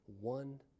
One